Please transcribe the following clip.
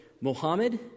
Mohammed